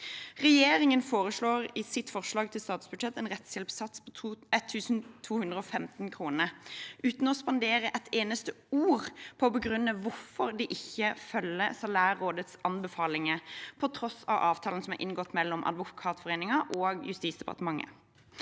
Regjeringen foreslår i sitt forslag til statsbudsjett en rettshjelpssats på 1 215 kr, uten å spandere et eneste ord på å begrunne hvorfor den ikke følger Salærrådets anbefalinger, på tross av avtalen som er inngått mellom Advokatforeningen og Justis-